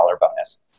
bonus